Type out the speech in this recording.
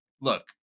look